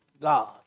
God